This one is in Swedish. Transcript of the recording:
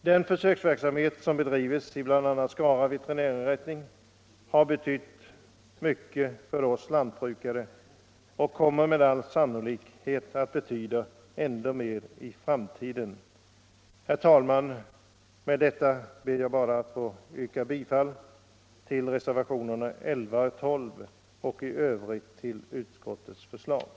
Den försöksverksamhet som bedrivits vid bl.a. veterinärinrättningen i Skara har betytt mycket för oss lantbrukare och kommer med all sannolikhet att betyda ändå mera i framtiden. Herr talman! Med detta ber jag att få yrka bifall till reservationerna 11 och 12 och i övrigt till utskottets hemställan.